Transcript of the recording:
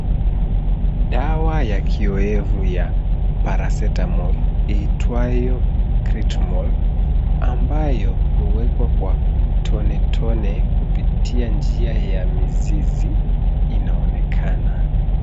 Dawa ya kiowevu ya Paracetamol iitwayo Critomol ambayo huwekwa kwa tone tone kupitia njia ya mizizi inaonekana.